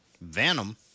Venom